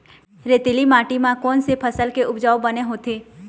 रेतीली माटी म कोन से फसल के उपज बने होथे?